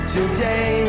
Today